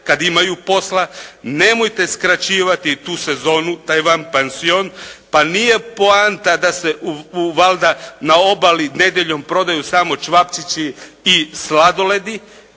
kad imaju posla, nemojte skraćivati tu sezonu, taj van pansion, pa nije poanta da se valjda na obali nedjeljom prodaju samo ćevapčići i sladoledi,